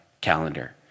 calendar